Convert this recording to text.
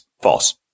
false